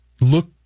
look